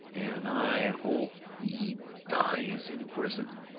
and i hope he dies in prison!